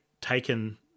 taken